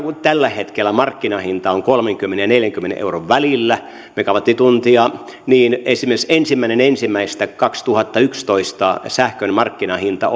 kun tällä hetkellä markkinahinta on kolmekymmentä ja neljänkymmenen euron välillä megawattituntia kohti niin esimerkiksi ensimmäinen ensimmäistä kaksituhattayksitoista sähkön markkinahinta